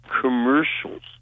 commercials